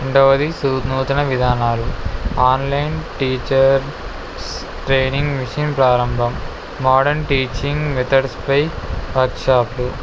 రెండవది సూ నూతన విధానాలు ఆన్లైన్ టీచర్ ట్రైనింగ్ మిషన్ ప్రారంభం మోడర్న్ టీచింగ్ మెథడ్స్పై వర్క్షాప్లు